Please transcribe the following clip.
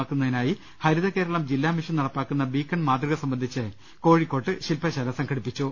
മാക്കുന്നതിനായി ഹരിതകേരളം ജില്ലാ മിഷൻ നടപ്പിലാക്കുന്ന ബീക്കൺ മാതൃക സംബന്ധിച്ച് കോഴിക്കോട്ട് ശിൽപശാല സംഘടിപ്പിച്ചു